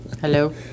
Hello